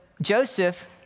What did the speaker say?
Joseph